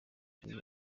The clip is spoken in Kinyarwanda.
uyu